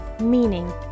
meaning